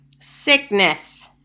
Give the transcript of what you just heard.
sickness